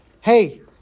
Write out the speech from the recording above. hey